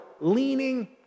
leaning